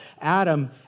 Adam